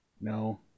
no